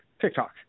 TikTok